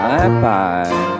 Bye-bye